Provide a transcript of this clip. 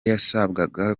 yasabwaga